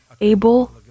Abel